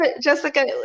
Jessica